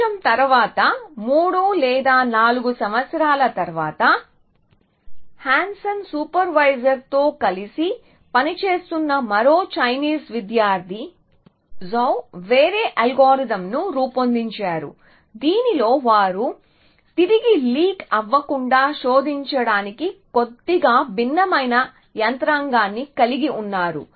కొంచెం తరువాత 3 లేదా 4 సంవత్సరాల తరువాత హాన్సెన్ సూపర్వైజర్తో కలిసి పనిచేస్తున్న మరో చైనీస్ విద్యార్థి జౌ వేరే అల్గోరిథంను రూపొందించారు దీనిలో వారు తిరిగి లీక్ అవ్వకుండా శోధించడానికి కొద్దిగా భిన్నమైన యంత్రాంగాన్ని కలిగి ఉన్నారు